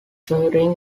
turin